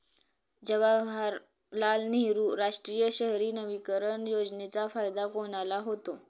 जवाहरलाल नेहरू राष्ट्रीय शहरी नवीकरण योजनेचा फायदा कोणाला होतो?